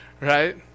right